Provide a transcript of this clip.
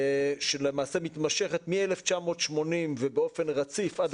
שלמעשה מתמשכת מ-1980 ובאופן רציף עד